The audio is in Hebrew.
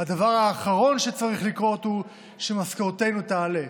הדבר האחרון שצריך לקרות הוא שמשכורתנו תעלה,